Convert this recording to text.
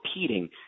repeating